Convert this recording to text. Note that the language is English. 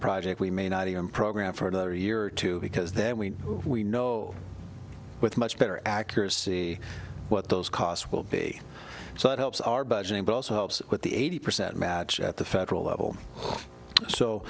project we may not even program for another year or two because then we we know with much better accuracy what those costs will be so that helps our budgeting but also helps with the eighty percent match at the federal level so